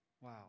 Wow